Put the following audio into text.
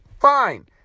Fine